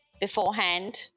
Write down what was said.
beforehand